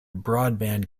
broadband